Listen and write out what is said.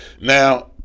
Now